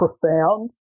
profound